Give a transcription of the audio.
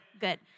good